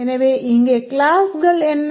எனவே இங்கே கிளாஸ்கள் என்ன